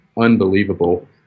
unbelievable